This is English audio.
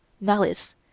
malice